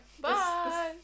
Bye